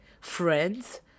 friends